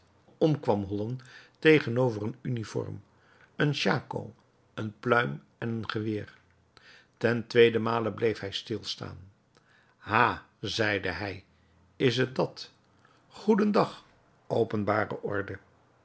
om kwam hollen tegenover een uniform een schako een pluim en een geweer ten tweeden male bleef hij stilstaan ha zeide hij is het dat goedendag openbare orde